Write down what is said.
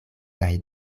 kaj